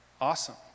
Awesome